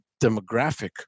demographic